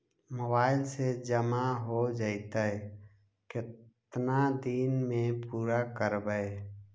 Mobile से जामा हो जैतय, केतना दिन में पुरा करबैय?